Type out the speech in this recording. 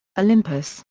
olympus,